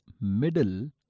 middle